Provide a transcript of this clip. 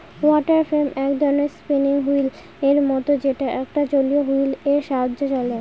water frame এক ধরনের spinning wheel এর মত যেটা একটা জলীয় হুইল এর সাহায্যে চলে